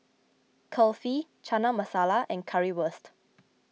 Kulfi Chana Masala and Currywurst